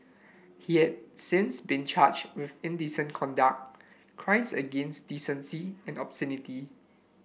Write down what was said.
he has since been charged with indecent conduct crimes against decency and obscenity